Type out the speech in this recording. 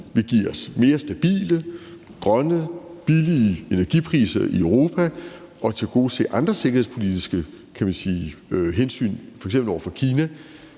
vil give os mere stabile, grønne, billige energipriser i Europa og tilgodese andre sikkerhedspolitiske hensyn, f.eks. over for Kina,